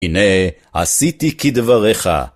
הנה, עשיתי כדברך.